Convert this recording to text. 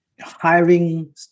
hiring